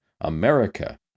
America